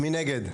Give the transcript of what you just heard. מי נגד?